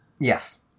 Yes